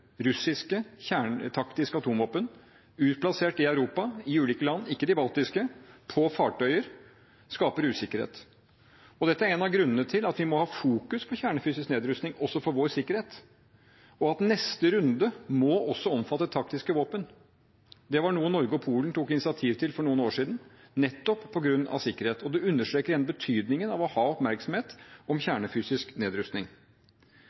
russiske taktiske atomvåpen utplassert i Europa i ulike land – ikke de baltiske – og på fartøyer, skaper usikkerhet. Dette er en av grunnene til at vi må ha fokus på kjernefysisk nedrustning, også for vår sikkerhet, og at neste runde også må omfatte taktiske våpen. Det var noe Norge og Polen tok initiativ til for noen år siden, nettopp på grunn av sikkerhet. Det understreker igjen betydningen av å ha oppmerksomhet om kjernefysisk nedrustning.